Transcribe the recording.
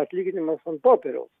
atlyginimas ant popieriaus